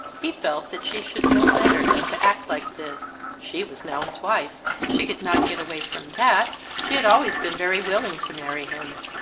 he felt that she should know better than to act like this. she was now his wife. she could not get away from that she had always been very willing to marry him.